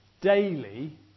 daily